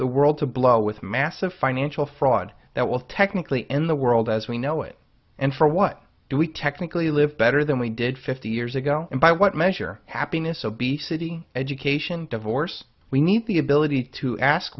the world to blow with massive financial fraud that will technically end the world as we know it and for what do we technically live better than we did fifty years ago and by what measure happiness obesity education divorce we need the ability to ask